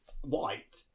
white